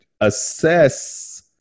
assess